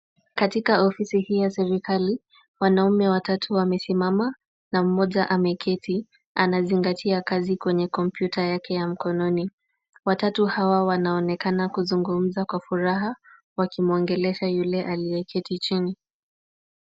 Katika ofisi hii ya serikali, wanaume watatu wamesimama na mmoja ameketi, anazingatia kazi kwenye kompyuta yake ya mkononi. Watatu hawa wanaonekana kuzungumza kwa furaha wakimwongelesha yule aliyeketi chini.